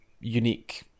unique